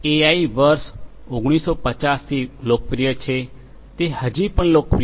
AI વર્ષ 1950 થી લોકપ્રિય છે તે હજી પણ લોકપ્રિય છે